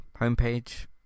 homepage